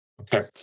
Okay